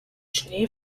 schnee